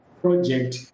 project